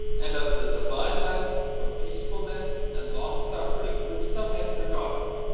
and of the divine lessons of peacefulness and long-suffering which some had forgotten!